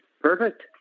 Perfect